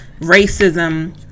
Racism